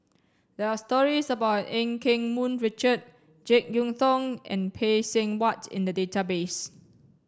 there are stories about Eu Keng Mun Richard Jek Yeun Thong and Phay Seng Whatt in the database